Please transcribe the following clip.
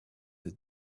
the